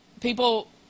people